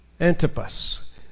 Antipas